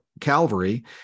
Calvary